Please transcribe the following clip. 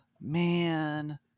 man